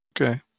Okay